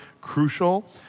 crucial